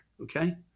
Okay